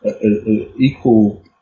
equal